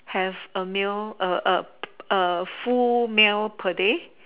have a meal a a a full meal per day